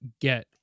get